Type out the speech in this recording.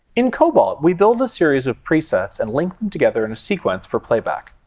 in cobalt, we build a series of presets and link them together in a sequence for playback.